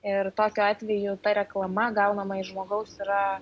ir tokiu atveju ta reklama gaunama iš žmogaus yra